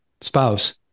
spouse